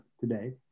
today